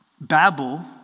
Babel